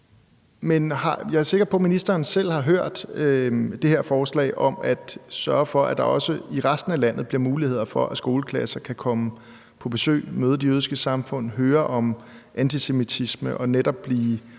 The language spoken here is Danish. men jeg er sikker på, at ministeren selv har hørt det her forslag om at sørge for, at der også i resten af landet bliver muligheder for, at skoleklasser kan komme på besøg og møde de jødiske samfund og høre om antisemitisme og netop blive